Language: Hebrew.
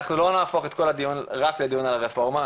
אנחנו לא נהפוך את כל הדיון רק לדיון על הרפורמה.